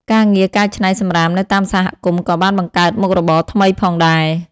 ការងារកែច្នៃសំរាមនៅតាមសហគមន៍ក៏បានបង្កើតមុខរបរថ្មីផងដែរ។